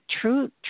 True